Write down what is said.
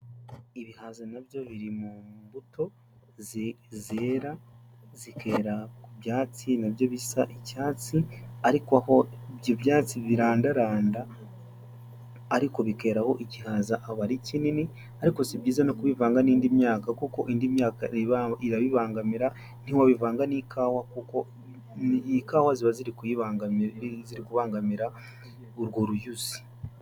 Ibihaza nabyo biri mu mbuto zera, zikera ku byatsi nabyo bisa icyatsi, ariko aho ibyo byatsi birandaranda, ariko bikeraho igihaza aba ari kinini, ariko si byiza no kubivanga n'indi myaka, kuko indi myaka irabibangamira, ntiwabivanga n'ikawa, kuko ikawa ziba ziri kubangamira urwo ruyuzi.